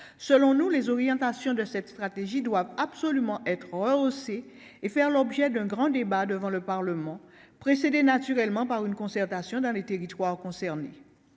selon nous, les orientations de cette stratégie doivent absolument être rehaussé et faire l'objet d'un grand débat devant le Parlement, précédé naturellement par une concertation dans les territoires concernés